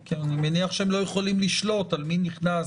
כי אני מניח שהם לא יכולים לשלוט על מי נכנס,